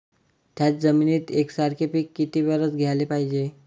थ्याच जमिनीत यकसारखे पिकं किती वरसं घ्याले पायजे?